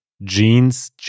Jeans